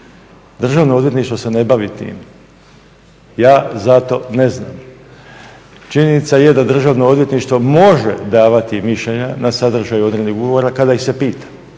Državno odvjetništvo se ne bavi tim. Ja za to ne znam. Činjenica je da Državno odvjetništvo može davati mišljenja na sadržaj odrednih ugovora kada ih se pita,